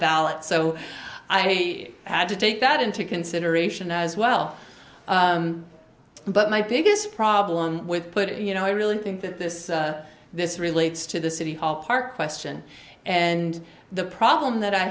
ballot so i had to take that into consideration as well but my biggest problem with put it you know i really think that this this relates to the city hall park question and the problem that i